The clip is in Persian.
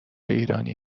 ایرانی